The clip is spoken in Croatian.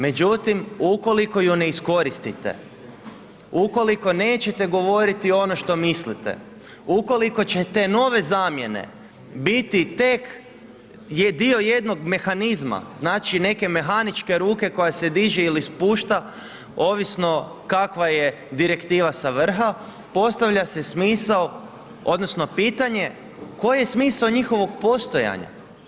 Međutim, ukoliko ju ne iskoristite, ukoliko nećete govoriti ono što mislite, ukoliko će te nove zamjene biti tek dio jednog mehanizma znači neke mehaničke ruke koja se diže ili spušta ovisno kakva je direktiva sa vrha, postavlja se smisao odnosno pitanje koji je smisao njihovog postojanja.